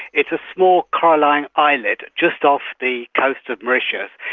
it's a small coralline islet just off the coast of mauritius.